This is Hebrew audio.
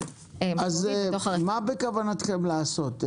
מה בכוונתכם לעשות?